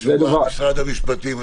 תשובה, משרד המשפטים.